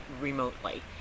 remotely